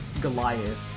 Goliath